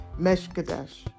Meshkadesh